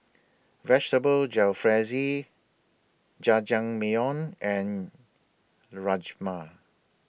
Vegetable Jalfrezi Jajangmyeon and Rajma